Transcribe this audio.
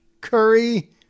curry